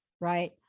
right